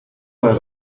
para